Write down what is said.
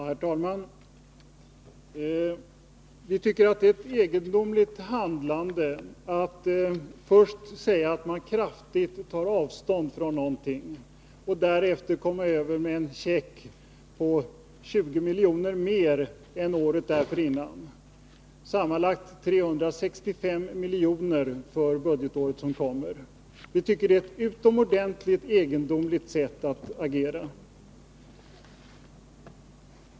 Herr talman! Vi tycker det är ett egendomligt handlande att först säga att man kraftigt tar avstånd från någonting för att därefter överlämna en check som med 20 milj.kr. överstiger beloppet för året dessförinnan. Det rör sig alltså om sammanlagt 365 milj.kr. för det kommande budgetåret. Det är, som jag sade, ett enligt vår mening utomordentligt egendomligt sätt att agera.